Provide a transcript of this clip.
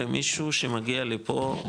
למישהו שמגיע לפה,